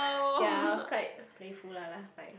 ya I was quite playful ah last time